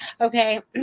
Okay